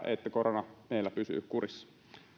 että korona meillä pysyy kurissa